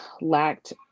lacked